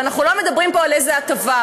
ואנחנו לא מדברים פה על איזו הטבה,